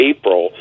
April